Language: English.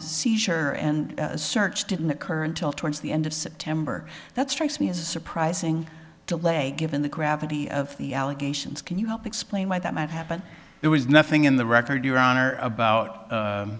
seizure and search didn't occur until towards the end of september that strikes me as surprising to leg given the gravity of the allegations can you help explain why that might happen there was nothing in the record you were on or about